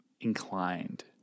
inclined